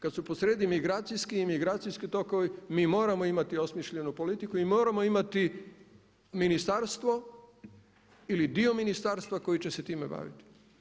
Kada su posrijedi migracijski i imigracijski tokovi mi moramo imati osmišljenu politiku i moramo imati ministarstvo ili dio ministarstva koje će se time baviti.